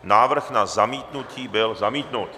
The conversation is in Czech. Návrh na zamítnutí byl zamítnut.